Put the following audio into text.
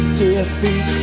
defeat